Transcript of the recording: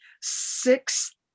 six